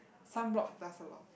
sunblock plus a lot